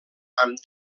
amb